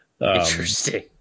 Interesting